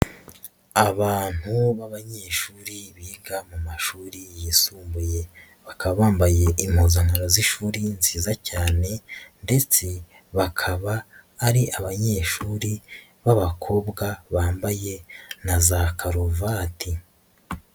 Abantu b'abanyeshuri biga mu mashuri yisumbuye bakaba bambaye impuzankano z'ishuri nziza cyane ndetse bakaba ari abanyeshuri b'abakobwa bambaye na za karuvati.